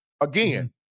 again